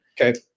Okay